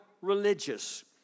religious